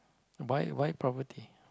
buy buy property